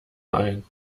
ein